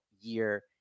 year